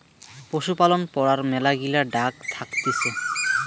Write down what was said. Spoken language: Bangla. পশুপালন পড়ার মেলাগিলা ভাগ্ থাকতিছে